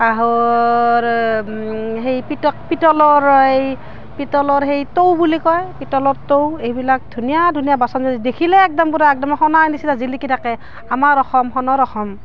কাঁহৰ সেই পিতক পিতলৰ এই পিতলৰ সেই টৌ বুলি কয় পিতলৰ টৌ এইবিলাক ধুনীয়া ধুনীয়া বাচন দেখিলে একদম পূৰা একদম সোণৰ নিচিনা জিলিকি থাকে আমাৰ অসম সোণৰ অসম